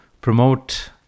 promote